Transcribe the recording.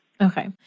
Okay